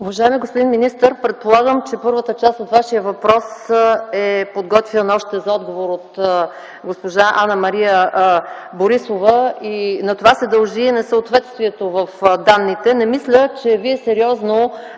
Уважаеми господин министър, предполагам, че първата част от Вашия въпрос е подготвяна за отговор още от госпожа Анна-Мария Борисова и на това се дължи несъответствието в данните. Не мисля, че Вие сериозно